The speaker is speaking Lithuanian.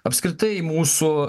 apskritai mūsų